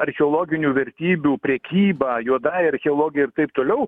archeologinių vertybių prekyba juodąja archeologija ir taip toliau